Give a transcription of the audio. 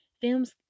films